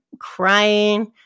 crying